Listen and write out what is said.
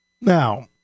Now